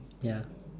ya